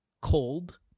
cold